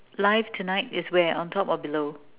live tonight is where on top or below